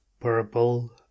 purple